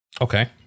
Okay